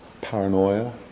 Paranoia